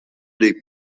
dei